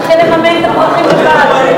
לממן את הפרחים לבד.